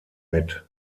mit